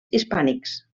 hispànics